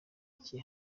iki